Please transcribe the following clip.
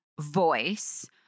voice